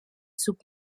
sous